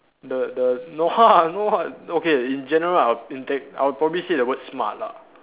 the the no ha~ no ah okay in general I inte~ I would probably say the word smart ah